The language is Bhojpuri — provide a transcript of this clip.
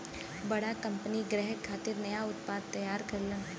बड़ा कंपनी ग्राहक खातिर नया उत्पाद तैयार करलन